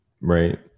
Right